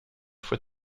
fois